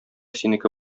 синеке